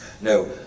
No